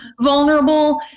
vulnerable